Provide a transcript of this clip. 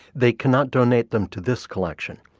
they cannot donate them to this collection,